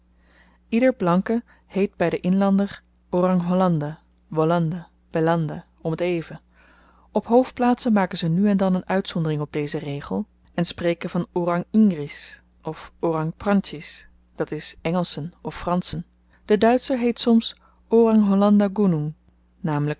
ieder blanke heet by den inlander orang hollanda wolanda belanda om t even op hoofdplaatsen maken ze nu en dan een uitzondering op dezen regel en spreken van orang ingris of orang prantjies d i engelschen of franschen de duitscher heet soms orang